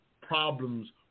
problems